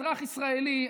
אזרח ישראלי,